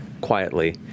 quietly